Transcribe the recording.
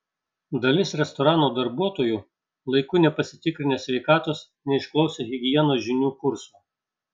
dalis restorano darbuotojų laiku nepasitikrinę sveikatos neišklausę higienos žinių kurso